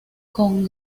con